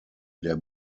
der